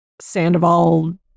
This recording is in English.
sandoval